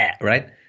right